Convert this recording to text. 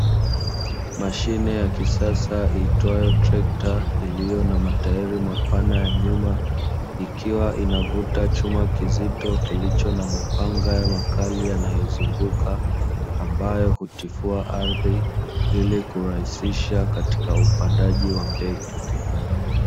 Mashine ya kisasa iitwayo trekta iliyo namataili mapana ya nyuma, ikiwa inavuta chuma kizito kilicho na mapanga makali yanayo zunguka ambayo hutifua ardhi ili kurahisisha katika upandaji wa mbegu.